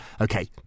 Okay